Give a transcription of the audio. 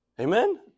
Amen